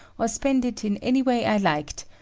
or spend it in any way i liked,